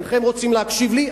אינכם רוצים להקשיב לי,